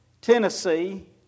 Tennessee